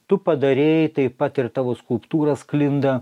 tu padarai taip pat ir tavo skulptūros sklinda